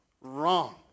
Wrong